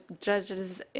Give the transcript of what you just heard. judge's